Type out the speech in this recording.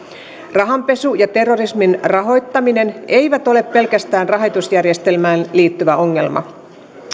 rahanpesu ja terrorismin rahoittaminen eivät ole pelkästään rahoitusjärjestelmään liittyvä ongelma